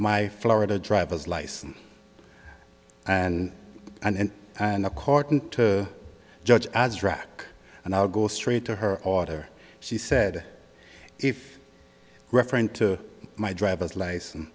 my florida driver's license and and and a carton to judge as rock and i'll go straight to her order she said if referent to my driver's license